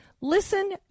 Listen